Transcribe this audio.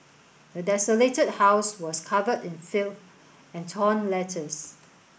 the desolated house was covered in filth and torn letters